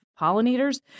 pollinators